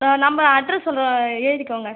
ஆ நம்ப அட்ரெஸ் சொல்கிறேன் எழுதிக்கோங்க